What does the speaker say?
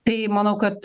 tai manau kad